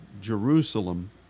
Jerusalem